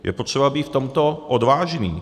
Je potřeba být v tomto odvážní.